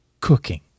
cooking